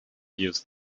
use